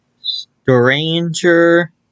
Stranger